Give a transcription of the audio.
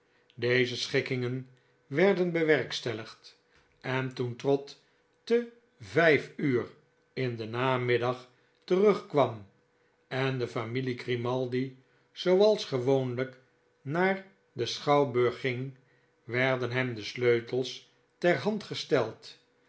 deze schikkingen werden bewerkstelligd en toen trott te vijf unr in den namiddag terugkwam en de familie grimaldi zooals gewoonlyk naar den schouwburg ging werden hem de sleutels ter hand gesteld